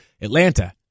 Atlanta